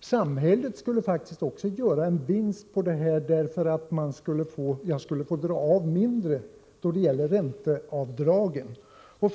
Samhället skulle faktiskt också göra en vinst på det; jag skulle då få göra mindre ränteavdrag vid deklarationen.